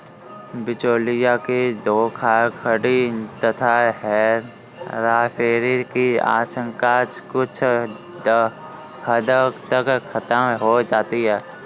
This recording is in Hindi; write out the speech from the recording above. बिचौलियों की धोखाधड़ी तथा हेराफेरी की आशंका कुछ हद तक खत्म हो जाती है